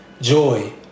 joy